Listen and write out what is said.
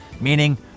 meaning